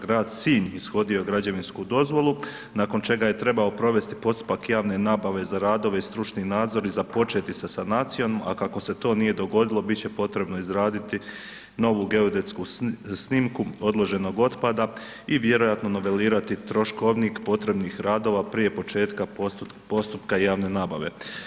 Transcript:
Grad Sinj ishodio je građevinsku dozvolu nakon čega je trebao provesti postupak javne nabave za radove i stručni nadzor i započeti sa sanacijom, a kako se to nije dogodilo, bit će potrebno izraditi novu geodetsku snimku odloženog otpada i vjerovatno novelirati troškovnik potrebnih radova prije početka postupka javne nabave.